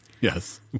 Yes